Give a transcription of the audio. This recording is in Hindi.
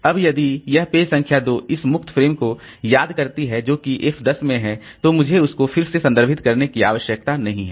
अब यदि यह पेज संख्या दो इस मुक्त फ्रेम को याद करती है जो कि f 10 में है तो मुझे उसको फिर से संदर्भित करने की आवश्यकता नहीं है